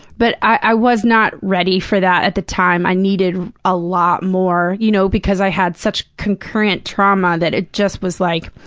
but i was not ready for that at the time. i needed a lot more, you know because i had such concurrent trauma that it just was like.